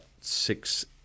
six